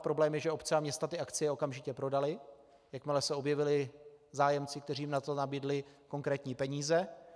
Problém je, že obce a města akcie okamžitě prodaly, jakmile se objevili zájemci, kteří jim za to nabídli konkrétní peníze.